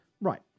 Right